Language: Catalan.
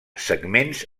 segments